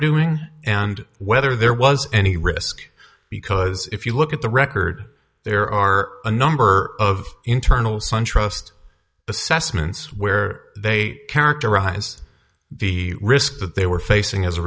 doing and whether there was any risk because if you look at the record there are a number of internal suntrust assessments where they characterize the risk that they were facing as a